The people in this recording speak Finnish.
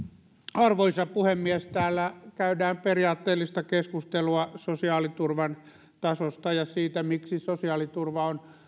arvoisa puhemies täällä käydään periaatteellista keskustelua sosiaaliturvan tasosta ja siitä miksi sosiaaliturva on